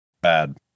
bad